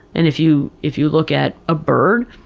and if you if you look at a bird,